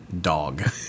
dog